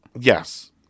Yes